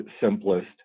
simplest